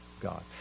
God